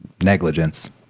negligence